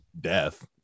death